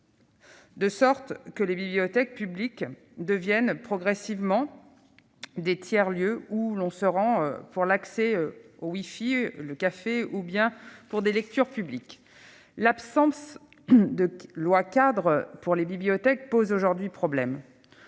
De sorte que les bibliothèques publiques deviennent progressivement des « tiers lieux », où l'on se rend pour avoir accès au wifi, boire un café, ou bien assister à des lectures publiques. L'absence de loi-cadre pour les bibliothèques pose aujourd'hui problème,